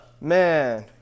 Man